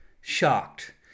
shocked